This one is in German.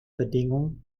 bedingung